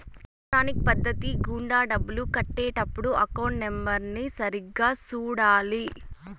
electronic పద్ధతి గుండా డబ్బులు కట్టే టప్పుడు అకౌంట్ నెంబర్ని సరిగ్గా సూడాలి